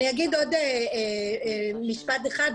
אני אומר עוד משפט אחד,